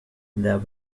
there